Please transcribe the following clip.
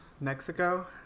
Mexico